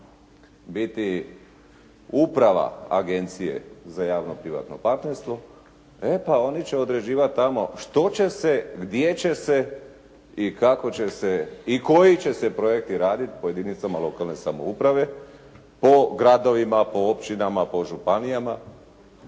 biti uprava agencija za javno-privatno partnerstvo, e pa oni će određivati tamo što će se, gdje će se i kako će se i koji će se projekti raditi po jedinicama lokalne samouprave po gradovima, po općinama, po županijama